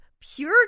Pure